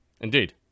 Indeed